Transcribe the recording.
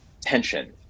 tension